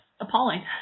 Appalling